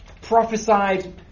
prophesied